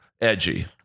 edgy